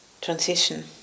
transition